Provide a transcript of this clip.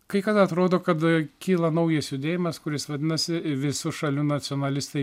kai kada atrodo kada kyla naujas judėjimas kuris vadinasi visų šalių nacionalistai